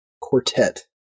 quartet